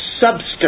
substance